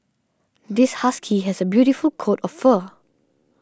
this husky has a beautiful coat of fur